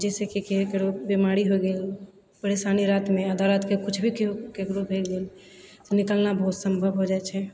जैसेकि केहूके बेमारी हो गेल परेशानी रातिमे आधा रातिके किछु भी ककरो भऽ गेल निकलना बहुत असम्भव हो जाइ छै